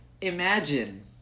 imagine